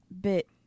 bit